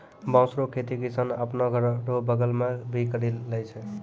बाँस रो खेती किसान आपनो घर रो बगल मे भी करि लै छै